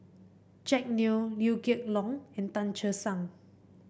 Jack Neo Liew Geok Leong and Tan Che Sang